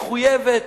מחויבת,